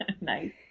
Nice